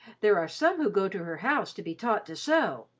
there are some who go to her house to be taught to sew.